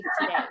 today